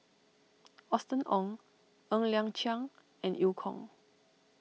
Austen Ong Ng Liang Chiang and Eu Kong